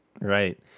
right